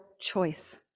choice